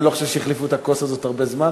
אני לא חושב שהחליפו את הכוס הזאת הרבה זמן,